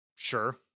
Sure